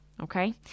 Okay